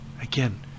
Again